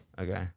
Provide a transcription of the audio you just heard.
Okay